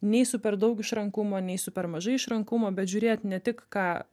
nei su per daug išrankumo nei super mažai išrankumo bet žiūrėt ne tik ką